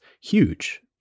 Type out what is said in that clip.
huge